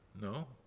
No